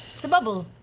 it's a bubble.